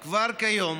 כי כבר כיום